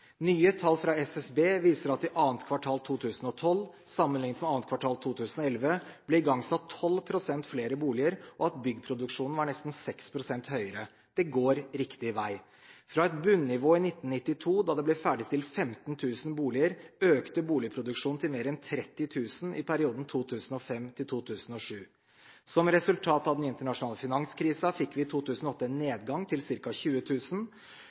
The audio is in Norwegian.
Nye tall fra SSB viser at det i annet kvartal 2012, sammenlignet med annet kvartal 2011, ble igangsatt 12 pst. flere boliger, og at byggproduksjonen var nesten 6 pst. høyere Det går riktig vei. Fra et bunnivå i 1992, da det ble ferdigstilt 15 000 boliger, økte boligproduksjonen til mer enn 30 000 i perioden 2005 til 2007. Som resultat av den internasjonale finanskrisen fikk vi i 2008 en nedgang til